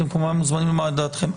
אתם כמובן מוזמן לומר את דעתכם.